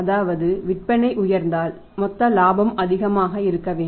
அதாவது விற்பனை உயர்ந்தால் மொத்த இலாபமும் அதிகமாக இருக்க வேண்டும்